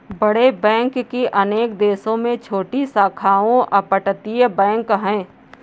बड़े बैंक की अनेक देशों में छोटी शाखाओं अपतटीय बैंक है